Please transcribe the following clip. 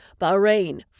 Bahrain